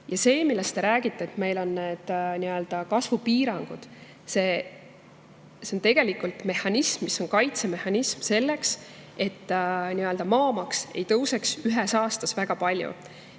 0,5%.See, millest te räägite, et meil on need kasvupiirangud – see on tegelikult mehhanism, mis on kaitsemehhanism selleks, et maamaks ei tõuseks ühes aastas väga palju.